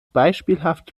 beispielhaft